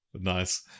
Nice